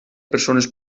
persones